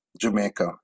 Jamaica